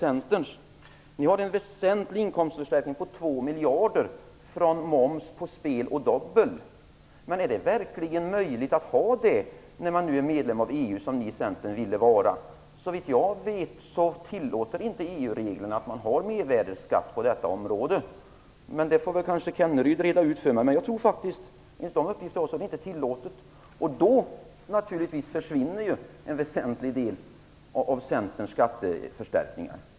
Ni föreslår en väsentlig inkomstförstärkning, om 2 miljarder, genom moms på spel och dobbel. Men är det verkligen möjligt att genomföra det när Sverige är medlem i EU, som Centern ville att vårt land skulle vara? Såvitt jag vet tillåter inte EU reglerna mervärdesskatt på detta område. Rolf Kenneryd får väl reda ut detta för mig, men jag tror faktiskt att detta inte är tillåtet, och i så fall försvinner en väsentlig del av Centerns skatteförstärkningar.